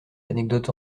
anecdotes